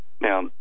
Now